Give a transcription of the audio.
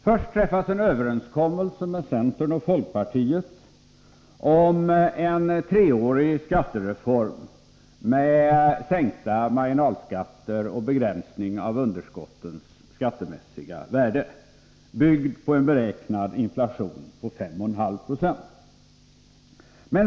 Först träffas en överenskommelse med centern och folkpartiet om en treårig skattereform med sänkta marginalskatter och begränsning av underskottens skattemässiga värde, byggd på en beräknad inflation på 5,5 Jo.